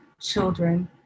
children